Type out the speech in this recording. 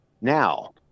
Now